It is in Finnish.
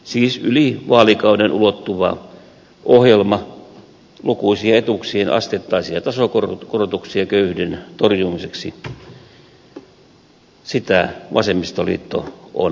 siis yli vaalikauden ulottuva ohjelma lukuisia etuuksien asteittaisia tasokorotuksia köyhyyden torjumiseksi sitä vasemmistoliitto on vaatinut